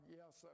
yes